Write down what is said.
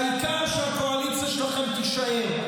העיקר שהקואליציה שלכם תישאר.